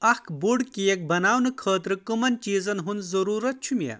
اکھ بوٚڑ کیک بناونہٕ خٲطرٕ کٕمَن چیزن ہُند ضروٗرت چھُ مےٚ